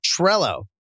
Trello